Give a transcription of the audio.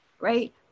right